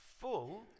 full